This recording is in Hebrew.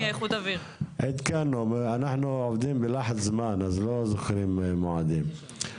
אנחנו עובדים בלחץ זמן ולא זוכרים מועדים.